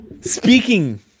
Speaking